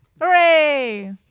Hooray